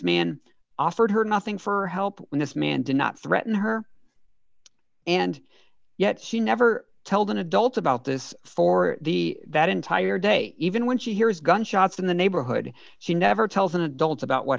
man offered her nothing for help when this man did not threaten her and yet she never told an adult about this for the that entire day even when she hears gunshots in the neighborhood she never tells an adult about what